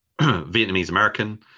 vietnamese-american